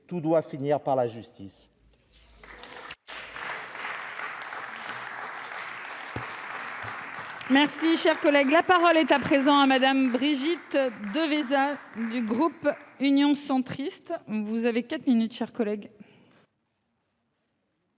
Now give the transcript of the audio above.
tout doit finir par la justice.